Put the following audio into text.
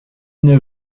neuf